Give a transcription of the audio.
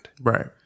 Right